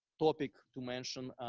topic to mention